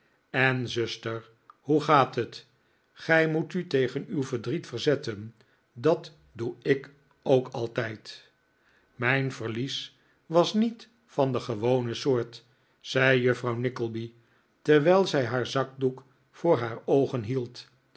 en zuster hoe gaat het gij moet u tegen uw verdriet verzetten dat doe ik ook altijd mijn verlies was niet van de gewone soort zei juffrouw nickleby terwijl zij haar zakdoek voor haar oogen hield